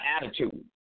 attitude